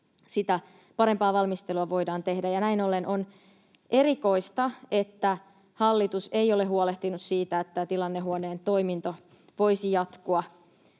parempaa valmistelua voidaan tehdä. Näin ollen on erikoista, että hallitus ei ole huolehtinut siitä, että tilannehuoneen toiminta voisi jatkua.